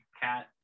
cat